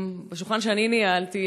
בשולחן שאני ניהלתי,